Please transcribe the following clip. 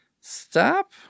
Stop